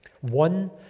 one